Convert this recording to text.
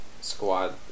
squad